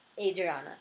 Adriana